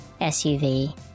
SUV